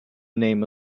name